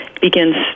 begins